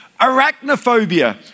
arachnophobia